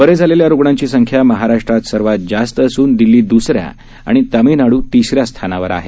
बरे झालेल्या रुग्णांची संख्या महाराष्ट्रात सर्वात जास्त असून दिल्ली द्सऱ्या आणि तामिळनाडू तिसऱ्या स्थानावर आहे